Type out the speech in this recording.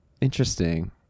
Interesting